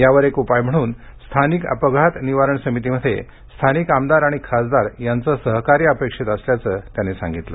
यावर एक उपाय म्हणून स्थानिक अपघात निवारण समितीमध्ये स्थानिक आमदार आणि खासदार यांचं सहकार्य अपेक्षित असल्याचं ते म्हणाले